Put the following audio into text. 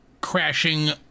crashing